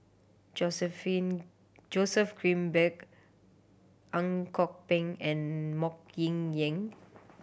Joseph Joseph Grimberg Ang Kok Peng and Mok Kin Ying